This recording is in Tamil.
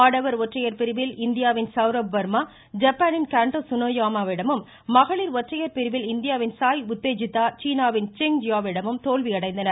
ஆடவர் ஒற்றையர் பிரிவில் இந்தியாவின் சௌரப் வர்மா ஜப்பானின் கண்ட்டா சுனேயாமா விடமும் மகளிர் ஒற்றையா் பிரிவில் இந்தியாவின் சாயி உத்தேஜிதா சீனாவின் செங் ஜியாவோ விடமும் தோல்வியடைந்தனர்